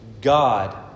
God